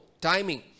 timing